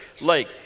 lake